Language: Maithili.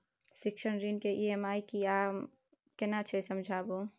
शिक्षा ऋण के ई.एम.आई की आर केना छै समझाबू?